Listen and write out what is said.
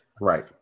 Right